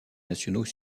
nationaux